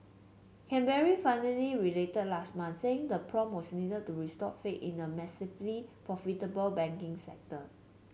Canberra finally relented last month saying the probe was needed to restore faith in the massively profitable banking sector